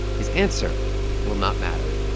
his answer will not matter.